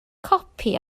copi